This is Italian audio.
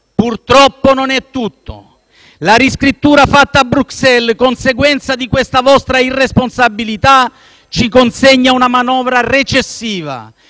Purtroppo non è tutto. La riscrittura fatta a Bruxelles, conseguenza di questa vostra irresponsabilità, ci consegna una manovra recessiva